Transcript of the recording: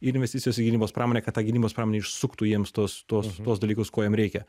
ir investicijos į gynybos pramonę kad ta gynybos pramonė išsuktų jiems tuos tuos tuos dalykus ko jiem reikia